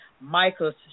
Michael's